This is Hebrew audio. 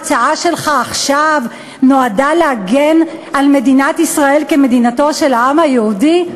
ההצעה שלך עכשיו נועדה להגן על מדינת ישראל כמדינתו של העם היהודי?